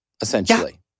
essentially